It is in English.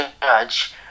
judge